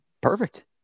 perfect